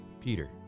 Peter